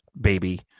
baby